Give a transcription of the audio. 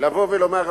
לבוא ולומר,